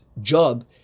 Job